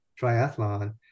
triathlon